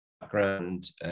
background